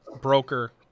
broker